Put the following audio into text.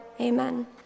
amen